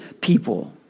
people